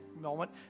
moment